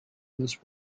this